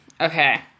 Okay